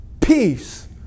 peace